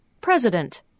President